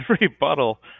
rebuttal